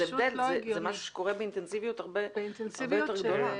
זה משהו שקורה באינטנסיביות הרבה יותר גדולה.